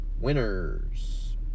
winners